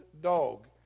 dog